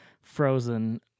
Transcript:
Frozen